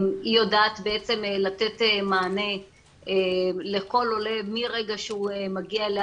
היא יודעת בעצם לתת מענה לכל עולה מרגע שהוא מגיע.